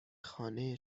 خانه